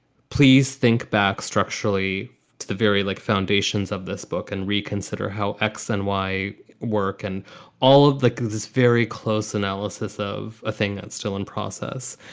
please think back structurally to the very like foundations of this book and reconsider how x and y work and all of this very close analysis of a thing that's still in process.